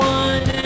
one